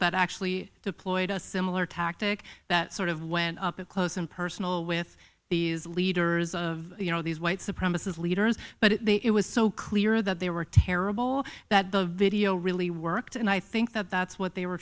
that actually deployed a similar tactic that sort of went up close and personal with these leaders of you know these white supremacist leaders but it was so clear that they were terrible that the video really worked and i think that that's what they were